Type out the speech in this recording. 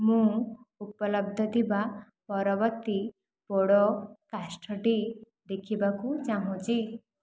ମୁଁ ଉପଲବ୍ଧ ଥିବା ପରବର୍ତ୍ତୀ ପୋଡ଼କାଷ୍ଟଟି ଦେଖିବାକୁ ଚାହୁଁଛି